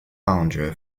boundary